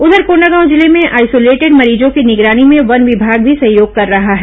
उधर कोंडागांव जिले में आइसोलेटेड मरीजों की निगरानी में वन विमाग भी सहयोग कर रहा है